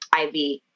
IV